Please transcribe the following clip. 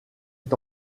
est